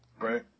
Right